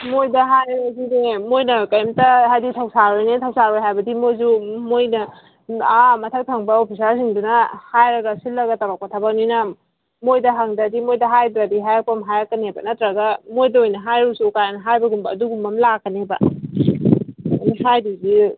ꯃꯈꯣꯏꯗ ꯍꯥꯏꯔꯁꯨꯅꯦ ꯃꯈꯣꯏꯅ ꯀꯔꯤꯝꯇ ꯍꯥꯏꯗꯤ ꯊꯧꯁꯥꯔꯣꯏꯅꯦ ꯊꯧꯁꯥꯔꯣꯏ ꯍꯥꯏꯕꯗꯤ ꯃꯈꯣꯏꯁꯨ ꯃꯈꯣꯏꯅ ꯑꯥ ꯃꯊꯛ ꯊꯪꯕ ꯑꯣꯐꯤꯁꯥꯔꯁꯤꯡꯗꯨꯅ ꯍꯥꯏꯔꯒ ꯁꯤꯜꯂꯒ ꯇꯧꯔꯛꯄ ꯊꯕꯛꯅꯤꯅ ꯃꯈꯣꯏꯗ ꯍꯪꯗ꯭ꯔꯗꯤ ꯃꯈꯣꯏꯗ ꯍꯥꯏꯗ꯭ꯔꯥꯗꯤ ꯍꯥꯏꯔꯛꯄ ꯑꯃ ꯍꯥꯏꯔꯛꯀꯅꯦꯕ ꯅꯠꯇ꯭ꯔꯒ ꯃꯈꯣꯏꯗ ꯑꯣꯏꯅ ꯍꯥꯏꯔꯨꯆꯣ ꯀꯥꯏꯅ ꯍꯥꯏꯕꯒꯨꯝꯕ ꯑꯗꯨꯒꯨꯝꯕ ꯑꯃ ꯂꯥꯛꯀꯅꯦꯕ ꯍꯥꯏꯗꯣꯏꯁꯤ